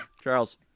Charles